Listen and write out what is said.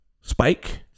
Spike